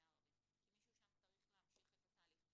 הרבה כי מישהו שם צריך להמשיך את התהליך.